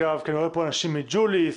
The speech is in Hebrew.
כי אני רואה פה אנשים מג'וליס,